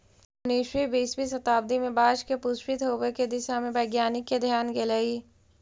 उन्नीसवीं बीसवीं शताब्दी में बाँस के पुष्पित होवे के दिशा में वैज्ञानिक के ध्यान गेलई